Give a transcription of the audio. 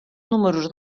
números